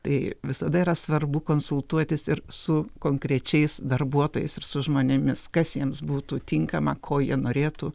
tai visada yra svarbu konsultuotis ir su konkrečiais darbuotojais ir su žmonėmis kas jiems būtų tinkama ko jie norėtų